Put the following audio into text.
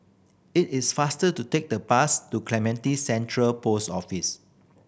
it is faster to take the bus to Clementi Central Post Office